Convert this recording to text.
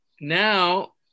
now